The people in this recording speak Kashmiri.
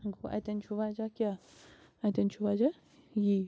ٲں گوٚو اَتیٚن چھُ وجہ کیٛاہ اَتیٚن چھُ وجہ یی